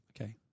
Okay